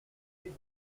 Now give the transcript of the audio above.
omer